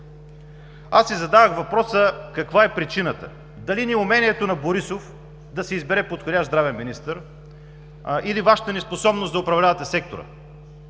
си въпроса: каква е причината? Дали неумението на Борисов да си избере подходящ здравен министър, или Вашата неспособност да управлявате сектора?